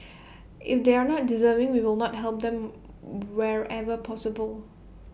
if they are not deserving we will not help them wherever possible